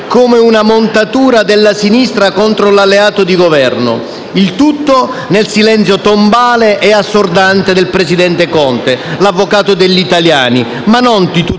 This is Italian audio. Grazie